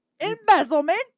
Embezzlement